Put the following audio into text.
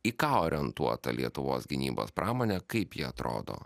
į ką orientuota lietuvos gynybos pramonė kaip ji atrodo